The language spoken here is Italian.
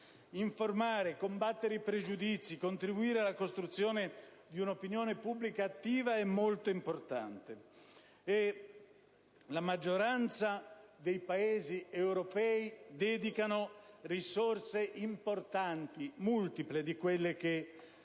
Informare, combattere i pregiudizi e contribuire alla costruzione di un'opinione pubblica attiva è molto importante. La maggioranza dei Paesi europei dedica risorse importanti, multiple di quelle che